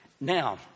Now